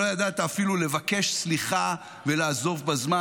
שלא ידעת אפילו לבקש סליחה ולעזוב בזמן.